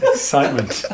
Excitement